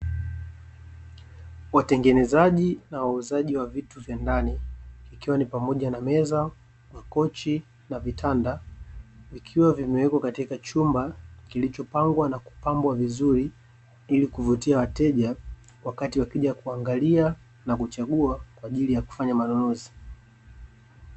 Watengenezaji na wauzaji wa vitu vya ndani ikiwa ni pamoja na meza, makochi, na vitanda, vikiwa vimewekwa katika chumba kilichopangwa na kupambwa vizuri ili kuvutia wateja wakati wakija kuangalia na kuchagua, kwaajili ya kufanya manunuzi.